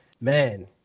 Man